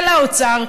של האוצר,